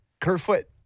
Kerfoot